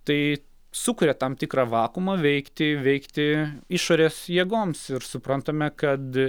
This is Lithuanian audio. tai sukuria tam tikrą vakuumą veikti veikti išorės jėgoms ir suprantame kad